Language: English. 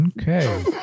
Okay